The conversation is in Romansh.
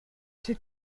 sche